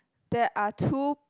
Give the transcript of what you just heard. there are two